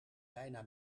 bijna